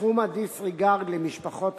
סכום ה-disregard למשפחות